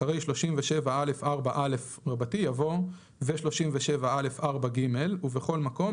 אחרי "37א4א" יבוא "ו-37א4ג" ובכל מקום,